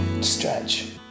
stretch